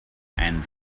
and